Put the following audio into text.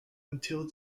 until